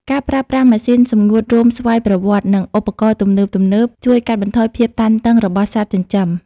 ការប្រើប្រាស់ម៉ាស៊ីនសម្ងួតរោមស្វ័យប្រវត្តិ និងឧបករណ៍ទំនើបៗ ជួយកាត់បន្ថយភាពតានតឹង របស់សត្វចិញ្ចឹម។